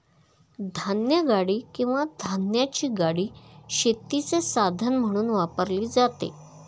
धान्यगाडी किंवा धान्याची गाडी शेतीचे साधन म्हणून वापरली जाते